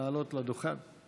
לעלות לדוכן.